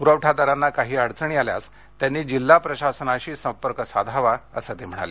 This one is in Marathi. पुरवठादारांना काही अडचणी आल्यास त्यांनी जिल्हा प्रशासनाशी संपर्क साधावा असं ते म्हणाले